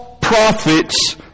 prophets